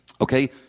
Okay